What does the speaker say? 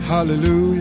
Hallelujah